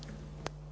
Hvala